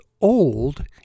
old